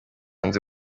n’aba